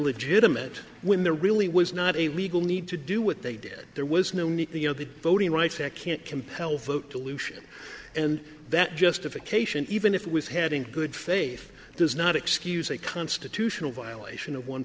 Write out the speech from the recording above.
legitimate when there really was not a legal need to do what they did there was no need you know the voting rights act can't compel vote dilution and that justification even if it was heading to good faith does not excuse a constitutional violation of one